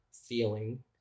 feeling